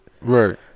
Right